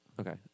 Okay